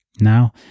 Now